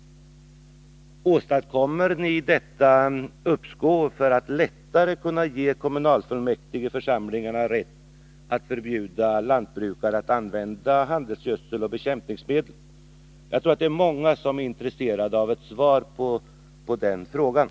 Åstadkommer ni detta uppskov för att lättare kunna ge kommunfullmäktigeförsamlingarna rätt att förbjuda lantbrukare att använda handelsgödsel och bekämpningsmedel? Jag tror att det är många som är intresserade av ett svar på den frågan.